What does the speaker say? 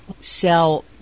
sell